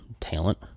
talent